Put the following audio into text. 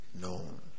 known